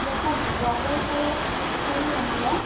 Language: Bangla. যখন ওয়াটার কালার করি আমরা